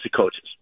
coaches